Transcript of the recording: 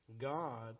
God